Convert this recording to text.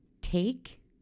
take